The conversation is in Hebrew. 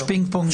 זה פשוט לא נכון,